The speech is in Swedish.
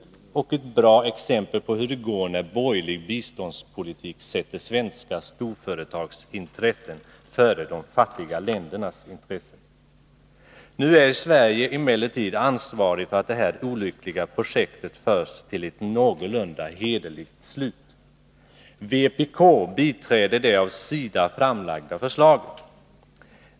Det är ett bra exempel på hur det går när borgerlig biståndspolitik sätter svenska storföretags intressen före de fattiga ländernas intressen. Emellertid är vi i Sverige ansvariga för att det här olyckliga projektet får ett någorlunda hederligt slut. Vi från vpk biträder det av SIDA framlagda förslaget.